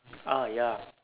ah ya